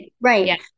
Right